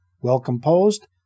well-composed